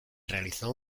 realizó